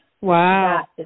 Wow